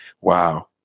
wow